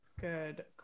Good